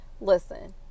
Listen